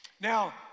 Now